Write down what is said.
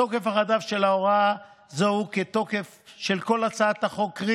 התוקף החדש של ההוראה הוא כתוקף של כל הצעת החוק,